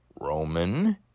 Roman